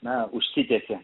na užsitęsia